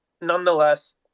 nonetheless